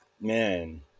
Man